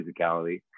physicality